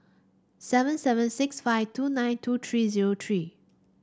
seven seven six five two nine two three zero three